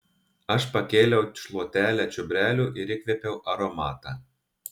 aš pakėliau šluotelę čiobrelių ir įkvėpiau aromatą